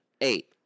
Eight